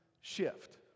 shift